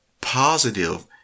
positive